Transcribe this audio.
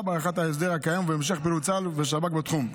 בהארכת ההסדר הקיים ובהמשך פעילות צה"ל ושב"כ בתחום.